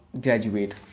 graduate